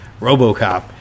RoboCop